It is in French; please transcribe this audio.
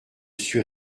suis